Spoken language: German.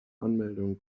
anmeldung